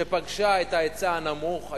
שפגשה את ההיצע הנמוך,